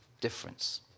difference